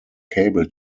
cable